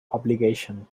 obligation